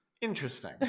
Interesting